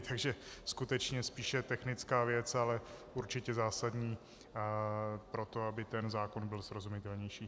Takže skutečně spíše technická věc, ale určitě zásadní pro to, aby ten zákon byl srozumitelnější.